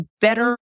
better